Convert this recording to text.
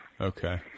Okay